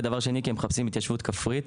ודבר שני כי הם מחפשים התיישבות כפרית.